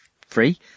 free